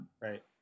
Right